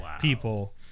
people